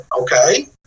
okay